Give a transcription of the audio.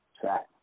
track